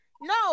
No